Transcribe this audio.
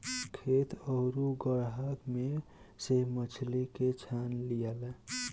खेत आउरू गड़हा में से मछली के छान लियाला